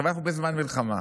אנחנו בזמן מלחמה.